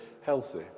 healthy